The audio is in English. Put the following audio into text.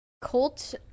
Colt